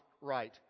right